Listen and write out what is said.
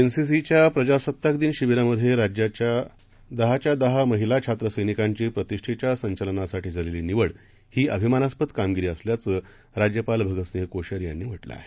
एनसीसीच्याप्रजासत्ताकदिनशिबिरामध्येराज्याच्यादहाच्या महिलाछात्र दहा सैनिकांचीप्रतिष्ठेच्यासंचलनासाठीझालेलीनिवडहीअभिमानास्पदकामगिरीअसल्याचंराज्यपालभगतसिंहकोश्यारीयांनीम्हटलंआहे